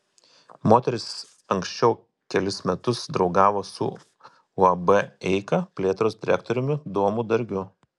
moteris anksčiau kelis metus draugavo su uab eika plėtros direktoriumi domu dargiu